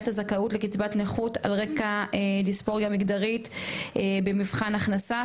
הזכאות לקצבת נכות על רקע דיספוריה מגדרית במבחן הכנסה.